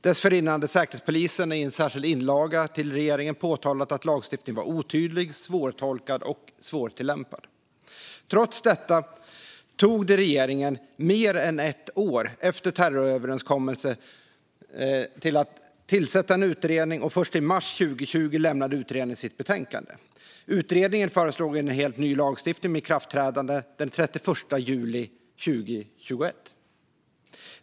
Dessförinnan hade Säkerhetspolisen i en särskild inlaga till regeringen påtalat att lagstiftningen var otydlig, svårtolkad och svårtillämpad. Trots detta tog det regeringen mer än ett år efter terroröverenskommelsen att tillsätta en utredning, och först i mars 2020 lämnade utredningen sitt betänkande. Utredningen föreslog en helt ny lagstiftning med ikraftträdande den 31 juli 2021.